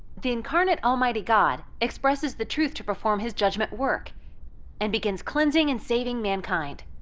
the incarnate almighty god expresses the truth to perform his judgment work and begins cleansing and saving mankind.